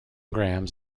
grams